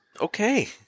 okay